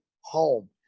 home